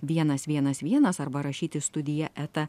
vienas vienas vienas arba rašyti studija eta